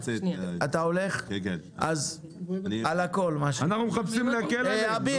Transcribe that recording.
--- אנחנו מחפשים להקל עליהם,